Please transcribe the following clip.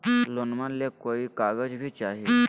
लोनमा ले कोई कागज भी चाही?